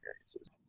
experiences